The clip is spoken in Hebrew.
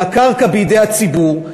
והקרקע בידי הציבור,